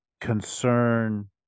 concern